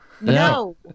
no